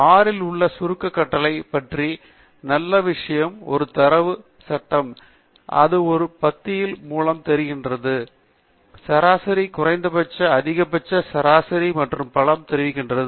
R உள்ள சுருக்கக் கட்டளை பற்றி நல்ல விஷயம் ஒரு தரவு சட்டகம் அது ஒவ்வொரு பத்தியில் மூலம் தெரிகிறது மற்றும் சராசரி குறைந்தபட்ச அதிகபட்ச சராசரி மற்றும் பல தெரிவிக்கிறது